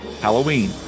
Halloween